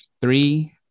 three